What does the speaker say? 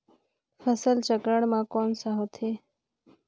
फसल चक्रण मा कौन होथे?